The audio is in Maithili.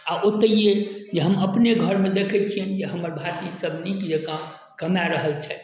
आ ओतेहिए जे हम अपनी घरमे देखै छियनि जे हमर भातीज सब नीक जेकाँ कमा रहल छथि